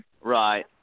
Right